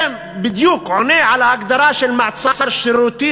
זה בדיוק עונה על ההגדרה של מעצר שרירותי,